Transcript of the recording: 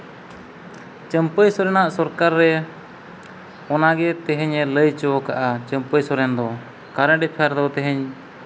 ᱪᱟᱹᱢᱯᱟᱹᱭ ᱥᱚᱨᱮᱱᱟᱜ ᱥᱚᱨᱠᱟᱨᱟᱜ ᱚᱱᱟᱜᱮ ᱛᱮᱦᱮᱧ ᱞᱟᱹᱭ ᱦᱚᱪᱚ ᱠᱟᱜᱼᱟ ᱪᱟᱹᱢᱯᱟᱹᱭ ᱥᱚᱨᱮᱱ ᱫᱚ ᱠᱟᱨᱮᱱᱴ ᱮᱯᱷᱮᱭᱟᱨ ᱫᱚ ᱛᱮᱦᱮᱧ